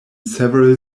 several